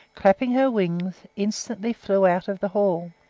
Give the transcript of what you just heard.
clapping her wings, instantly flew out of the hall.